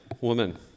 woman